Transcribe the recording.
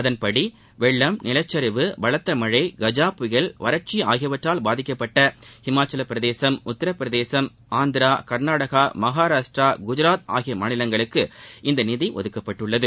அதன்படி வெள்ளம் நிலச்சரிவு பலத்த மழை கஜா புயல் வறட்சி ஆகியவற்றால் பாதிக்கப்பட்ட ஹிமாச்சலப்பிரதேசம் உத்தரப்பிரதேசம் ஆந்திரா கர்நாடகா மகாராஷ்டிரா குஜராத் ஆகிய மாநிலங்களுக்கு இந்த நிதி ஒதுக்கப்பட்டுள்ளது